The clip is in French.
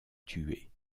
tuer